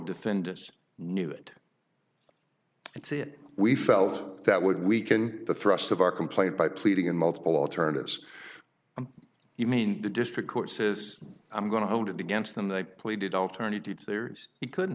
defendants knew that it's it we felt that would weaken the thrust of our complaint by pleading in multiple alternatives you mean the district court says i'm going to hold it against them they pleaded alternatif there's he could